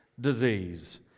disease